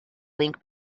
link